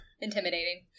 intimidating